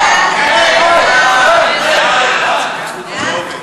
הודעת ראש הממשלה נתקבלה.